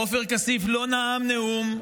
עופר כסיף לא נאם נאום,